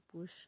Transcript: push